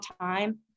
time